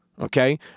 okay